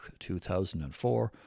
2004